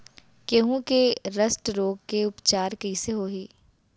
गेहूँ के रस्ट रोग के उपचार कइसे होही?